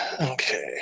okay